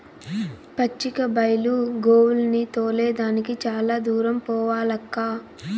పచ్చిక బైలు గోవుల్ని తోలే దానికి చాలా దూరం పోవాలక్కా